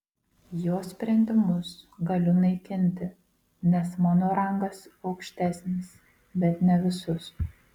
jo sprendimus galiu naikinti nes mano rangas aukštesnis bet ne visus